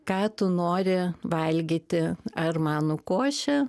ką tu nori valgyti ar manų košę